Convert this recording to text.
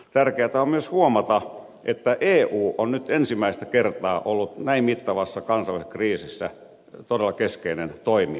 tärkeätä on myös huomata että eu on nyt ensimmäistä kertaa ollut näin mittavassa kansainvälisessä kriisissä todella keskeinen toimija